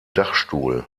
dachstuhl